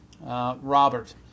Robert